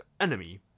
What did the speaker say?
enemy